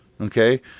Okay